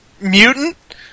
mutant